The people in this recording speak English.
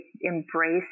embrace